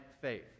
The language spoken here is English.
faith